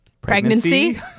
pregnancy